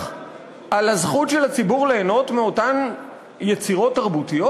על הזכות של הציבור ליהנות מאותן יצירות תרבותיות?